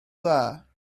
dda